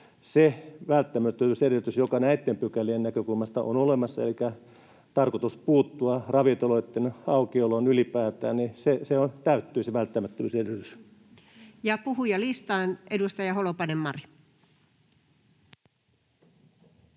se välttämättömyysedellytys, joka näitten pykälien näkökulmasta on olemassa, elikkä tarkoitus puuttua ravintoloitten aukioloon ylipäätään, täyttyy. Puhujalistaan. Edustaja Holopainen Mari.